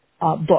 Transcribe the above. book